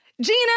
Gina